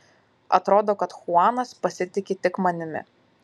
atrodo kad chuanas pasitiki tik manimi